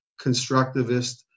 constructivist